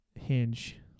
Hinge